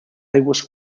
aigües